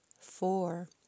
four